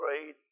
prayed